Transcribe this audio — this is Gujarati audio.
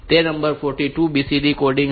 તેથી તે નંબર 42 નું BCD કોડિંગ છે